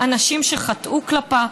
אנשים שחטאו כלפיה,